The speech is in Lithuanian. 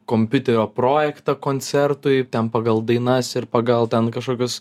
kompiuterio projektą koncertui ten pagal dainas ir pagal ten kažkokius